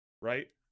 right